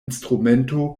instrumento